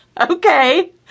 Okay